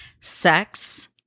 sex